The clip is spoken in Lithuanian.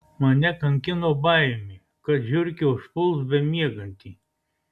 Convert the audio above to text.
mane kankino baimė kad žiurkė užpuls bemiegantį